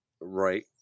Right